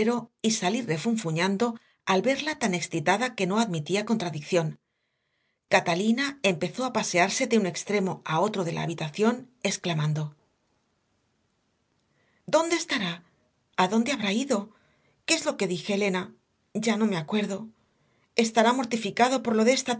y salir refunfuñando al verla tan excitada que no admitía contradicción catalina empezó a pasearse de un extremo a otro de la habitación exclamando dónde estará adónde habrá ido qué es lo que dije elena ya no me acuerdo estará mortificado por lo de esta